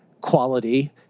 quality